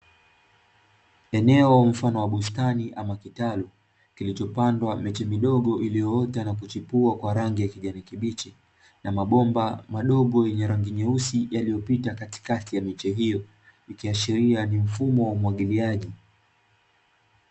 Eneo mfano wa bustani ama kitalu, kilichopandwa miche midogo iliyoota na kuchipua kwa rangi ya kijani kibichi na mabomba madogo yenye rangi nyeusi yaliyopita katikati ya miche hiyo, ikiashiria ni mfumo wa umwagiliaji.